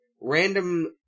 random